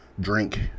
Drink